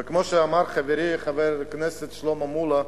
וכמו שאמר חברי חבר הכנסת שלמה מולה,